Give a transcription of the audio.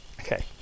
Okay